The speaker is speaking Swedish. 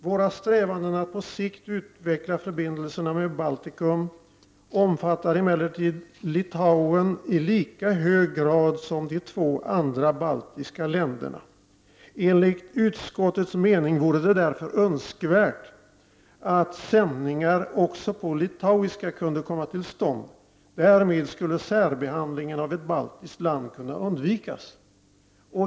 Vår strävan att på sikt upprätta förbindelser med Baltikum omfattar emellertid Litauen i lika hög grad som de två andra baltiska länderna. Enligt utskottets mening vore det därför önskvärt att sändningar på litauiska också kunde komma till stånd. Därmed skulle särbehandlingen av ett baltiskt land kunna undvikas.